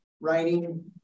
writing